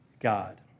God